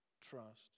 trust